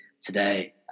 today